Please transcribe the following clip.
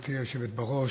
גברתי היושבת בראש.